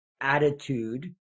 attitude